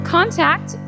Contact